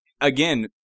again